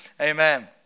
Amen